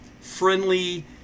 friendly